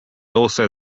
also